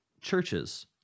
churches